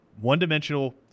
one-dimensional